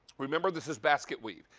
remember, this is basket weave.